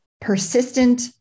persistent